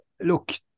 look